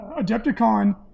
Adepticon